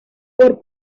por